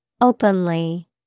Openly